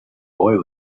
boy